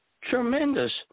tremendous